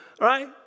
right